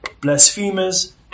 blasphemers